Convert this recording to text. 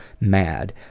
Mad